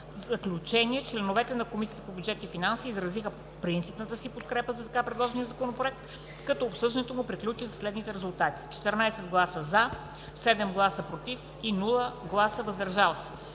заключение членовете на Комисията по бюджет и финанси изразиха принципната си подкрепа за така предложения законопроект, като обсъждането му приключи със следните резултати: С 14 гласа „за“, 7 гласа „против“, без „въздържал се“,